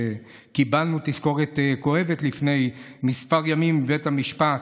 שקיבלנו תזכורת כואבת לפני כמה ימים מבית המשפט.